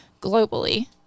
globally